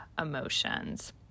emotions